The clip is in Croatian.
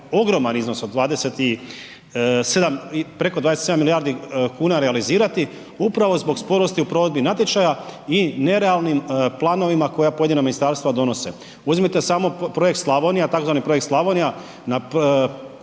ogroman iznos od 27 preko 27 milijardi kuna realizirati upravo zbog sporosti u provedbi natječaja i nerealnim planovima koja pojedina ministarstva donose. Uzmite samo projekt Slavnija,